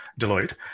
Deloitte